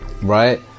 right